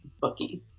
booking